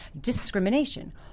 discrimination